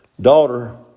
daughter